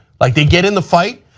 like they get in the fight,